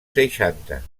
seixanta